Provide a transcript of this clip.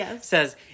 Says